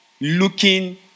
looking